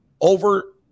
over